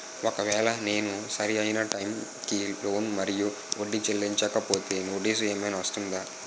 ఒకవేళ నేను సరి అయినా టైం కి లోన్ మరియు వడ్డీ చెల్లించకపోతే నోటీసు ఏమైనా వస్తుందా?